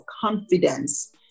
confidence